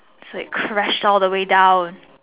so it crashed all the way down